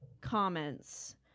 comments